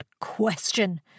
question